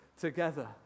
together